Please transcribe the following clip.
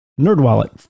NerdWallet